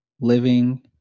living